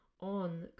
on